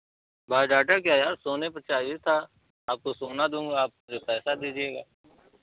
bio data क्या यार सोने पर चाहिए था आपको सोना दूँगा आप मुझे पैसा दिजिएगा